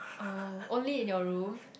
oh only in your room